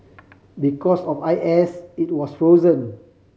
because of I S it was frozen